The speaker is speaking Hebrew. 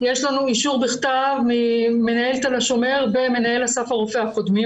יש לנו אישור בכתב ממנהל תל השומר ומנהל אסף הרופא הקודמים,